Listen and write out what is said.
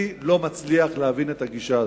אני לא מצליח להבין את הגישה הזאת.